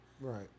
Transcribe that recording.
Right